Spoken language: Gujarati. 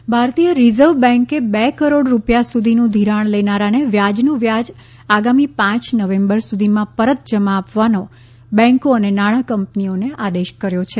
રીઝર્વ બેન્ક ભારતીય રીઝર્વ બેન્કે બે કરોડ રૂપિયા સુધીનું ઘિરાણ લેનારાને વ્યાજનું વ્યાજ આગામી પાંચ નવેમ્બર સુધીમાં પરત જમા આપવાનો બેન્કો અને નાણાં કંપનીઓને આદેશ કર્યો છે